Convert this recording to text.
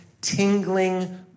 tingling